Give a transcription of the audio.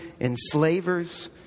enslavers